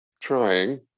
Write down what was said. trying